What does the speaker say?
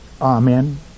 Amen